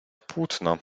płótno